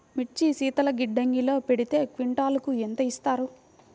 మిర్చి శీతల గిడ్డంగిలో పెడితే క్వింటాలుకు ఎంత ఇస్తారు?